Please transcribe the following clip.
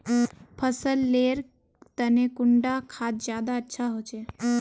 फसल लेर तने कुंडा खाद ज्यादा अच्छा होचे?